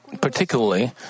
particularly